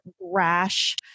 rash